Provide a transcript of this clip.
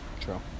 True